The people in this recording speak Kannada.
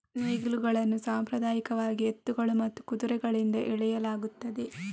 ನೇಗಿಲುಗಳನ್ನು ಸಾಂಪ್ರದಾಯಿಕವಾಗಿ ಎತ್ತುಗಳು ಮತ್ತು ಕುದುರೆಗಳಿಂದ ಎಳೆಯಲಾಗುತ್ತದೆ